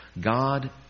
God